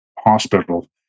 hospital